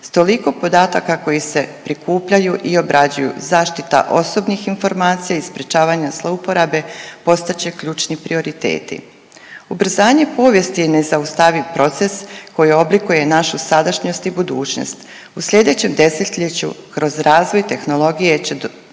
S toliko podataka koji se prikupljaju i obrađuju zaštita osobnih informacija i sprečavanje zlouporabe postat će ključni prioriteti. Ubrzanje povijesti je nezaustaviv proces koji oblikuje našu sadašnjost i budućnost. U sljedećem desetljeću kroz razvoj tehnologije će dodatno